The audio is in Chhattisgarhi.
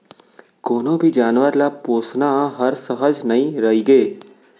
कोनों भी जानवर ल पोसना हर सहज नइ रइगे